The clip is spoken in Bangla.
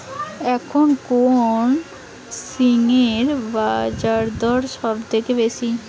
এখন কোন ঝিঙ্গের বাজারদর সবথেকে বেশি?